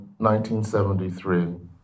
1973